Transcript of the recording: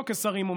לא כשרים,